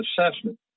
Assessment